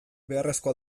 beharrezkoa